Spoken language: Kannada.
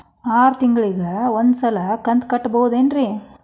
ಆರ ತಿಂಗಳಿಗ ಒಂದ್ ಸಲ ಕಂತ ಕಟ್ಟಬಹುದೇನ್ರಿ?